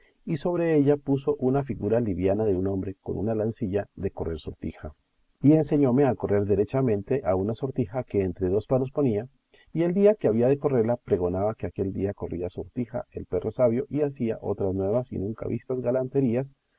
y sobre ella puso una figura liviana de un hombre con una lancilla de correr sortija y enseñóme a correr derechamente a una sortija que entre dos palos ponía y el día que había de correrla pregonaba que aquel día corría sortija el perro sabio y hacía otras nuevas y nunca vistas galanterías